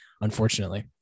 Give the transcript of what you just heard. unfortunately